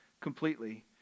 completely